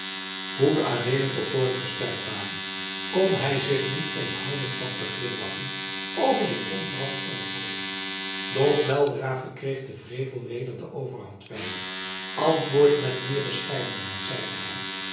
hoe adeelen tot toorn gestemd ware kon hij zich niet onthouden van te glimlachen over dit onverwacht antwoord doch weldra verkreeg de wrevel weder de overhand bij hem antwoord met meer bescheidenheid zeide hij